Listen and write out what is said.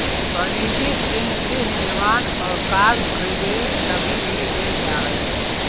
वनिजी ऋण गृह निर्माण और कार खरीदे लगी भी लेल जा हई